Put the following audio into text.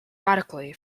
radically